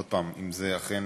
עוד פעם, אם אכן